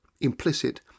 implicit